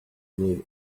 live